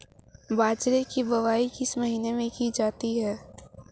बाजरे की बुवाई किस महीने में की जाती है?